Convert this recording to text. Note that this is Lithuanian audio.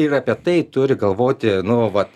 ir apie tai turi galvoti nu vat